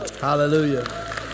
Hallelujah